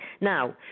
Now